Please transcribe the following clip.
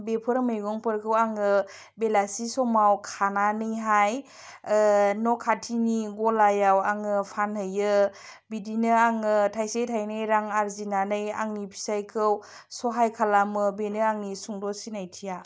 बेफोरो मैगंफोरखौ आङो बेलासि समाव खानानैहाय न' खाथिनि गलायाव आङो फानहैयो बिदिनो आङो थाइसे थाइनै रां आरजिनानै आंनि फिसाइखौ सहाय खालामो बेनो आंनि सुंद' सिनायथिया